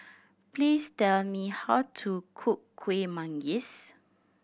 please tell me how to cook Kueh Manggis